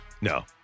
No